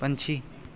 ਪੰਛੀ